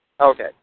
Okay